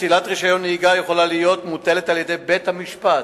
פסילת רשיון נהיגה יכולה להיות מוטלת על-ידי בית-המשפט